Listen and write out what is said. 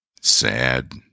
sad